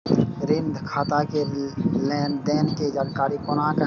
ऋण खाता के लेन देन के जानकारी कोना हैं?